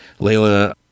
Layla